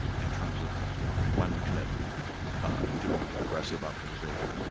in terms of you know when can it do aggressive optimization.